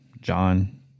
John